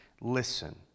Listen